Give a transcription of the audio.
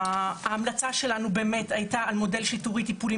ההמלצה שלנו באמת הייתה על מודל שיטורי-טיפולי